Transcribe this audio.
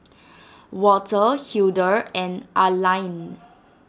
Walter Hildur and Arline